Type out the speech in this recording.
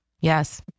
yes